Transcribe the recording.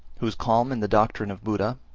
who is calm in the doctrine of buddha,